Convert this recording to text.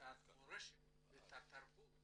ואת התרבות